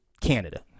Canada